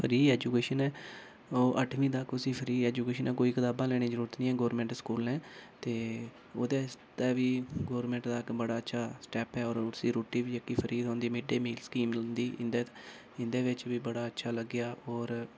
free education ओह् अठमीं तक उसी फ्री एजुकेशन कोई कताबां लैने दी जरूरत निं ऐ गौरमेंट स्कूलें ते ओह्दे आस्तै बी गौरमेंट दा इक बड़ा अच्छा स्टैप ऐ होर उसी रुट्टी बी जेह्की फ्री थ्होंदी मिड डे मील स्कीम दी इं'दे इं'दे बिच बी बड़ा अच्छा लग्गेआ होर